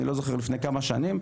אני לא זוכר לפני כמה שנים,